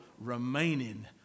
remaining